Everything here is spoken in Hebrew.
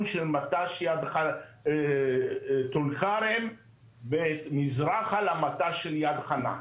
של מט"ש טול כרם ומזרחה למט"ש של יד חנה.